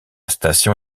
station